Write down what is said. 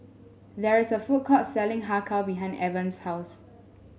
there is a food court selling Har Kow behind Evans' house